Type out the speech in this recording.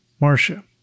Marcia